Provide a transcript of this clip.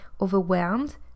overwhelmed